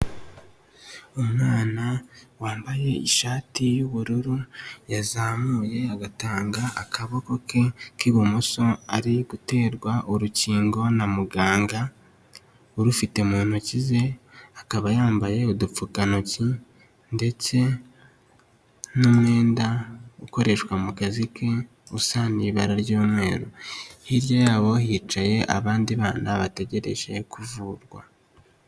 Umwana wambaye ishati y'ubururu, yazamuye agatanga akaboko ke k'ibumoso ari guterwa urukingo na muganga urufite mu ntoki ze, akaba yambaye udupfukantoki ndetse n'umwenda ukoreshwa mu kazi ke usa n'ibara ry'umweru, hirya yabo hicaye abandi bana bategereje kuvurwa.